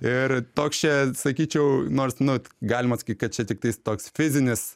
ir toks čia sakyčiau nors nu galima sakyt kad čia tiktai toks fizinis